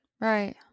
Right